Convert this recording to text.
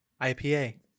IPA